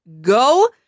go